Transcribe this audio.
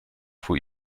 vor